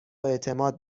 اعتماد